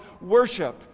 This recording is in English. worship